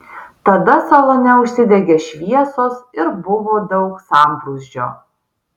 tada salone užsidegė šviesos ir buvo daug sambrūzdžio